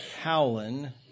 Howland